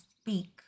speak